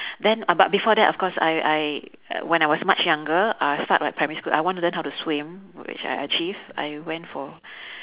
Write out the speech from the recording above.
then uh but before that of course I I when I was much younger uh start like primary school I want to learn how to swim which I achieve I went for